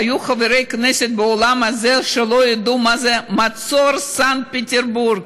היו חברי כנסת באולם הזה שלא ידעו מה זה מצור סנט פטרסבורג,